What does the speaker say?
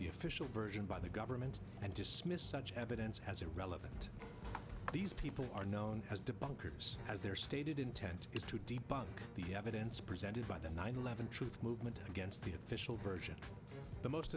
the official version by the government and dismiss such evidence as irrelevant these people are known as debunkers as their stated intent is to debug the evidence presented by the nine eleven truth movement against the official version the most